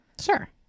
Sure